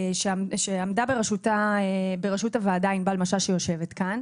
עמדה בראשות הוועדה ענבל משש שיושבת כאן,